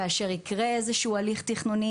כאשר יקרה איזשהו הליך תכנוני,